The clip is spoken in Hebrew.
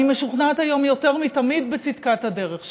אני משוכנעת היום יותר מתמיד בצדקת הדרך שלנו.